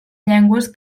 llengües